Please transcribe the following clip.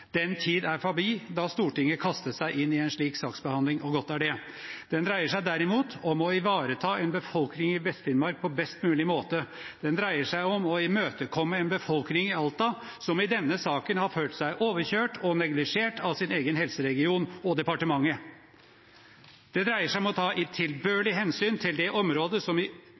Den tid er forbi da Stortinget kastet seg inn i en slik saksbehandling, og godt er det. Det dreier seg derimot om å ivareta en befolkning i Vest-Finnmark på best mulig måte. Det dreier seg om å imøtekomme en befolkning i Alta som i denne saken har følt seg overkjørt og neglisjert av sin egen helseregion og departementet. Det dreier seg om å ta tilbørlig hensyn til det området som i